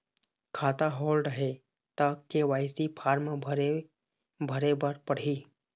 खाता होल्ड हे ता के.वाई.सी फार्म भरे भरे बर पड़ही?